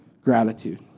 gratitude